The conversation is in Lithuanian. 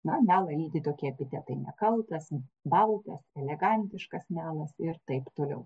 na melą lydi tokie epitetai nekaltas baltas elegantiškas melas ir taip toliau